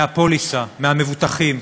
מהפוליסה, מהמבוטחים.